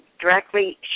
directly